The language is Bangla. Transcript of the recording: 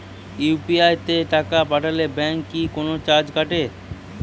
ইউ.পি.আই তে টাকা পাঠালে ব্যাংক কি কোনো চার্জ কাটে?